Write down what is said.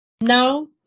Now